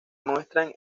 muestran